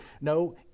no